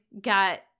got